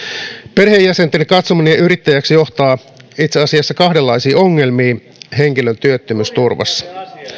perheenjäsenten katsominen yrittäjäksi johtaa itse asiassa kahdenlaisiin ongelmiin henkilön työttömyysturvassa